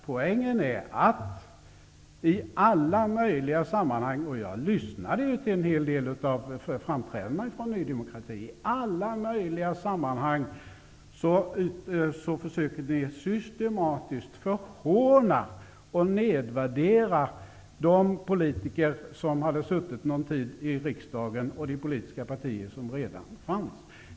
Poängen är att ni i alla möjliga sammanhang -- jag lyssnade till en hel del av framträdandena med Ny demokrati -- systematiskt försökte förhåna och nedvärdera de politiker som suttit någon tid i riksdagen och de politiska partier som redan fanns.